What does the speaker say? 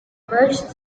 merged